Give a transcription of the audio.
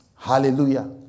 Hallelujah